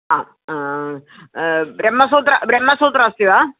ब्रह्मसूत्रम् ब्रह्मसूत्रम् अस्ति वा